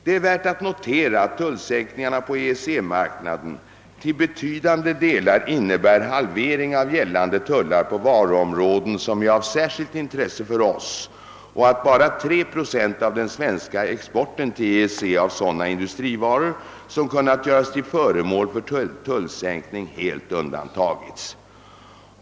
Det är värt notera att tullsänkningarna på EEC-marknaden till betydande delar inneburit halveringar av gällande tullar på varuområden som är av särskilt intresse för oss och att bara 3 procent av den svenska exporten till EEC av sådana industrivaror som kunnat göras till föremål för tullsänkning helt undantagits.